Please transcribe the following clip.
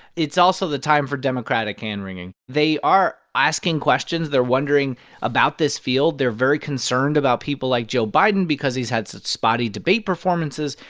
it's also the time for democratic hand-wringing. they are asking questions. they're wondering about this field. they're very concerned about people like joe biden because he's had such spotty debate performances.